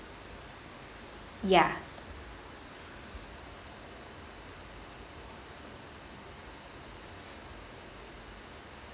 yes